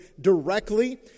directly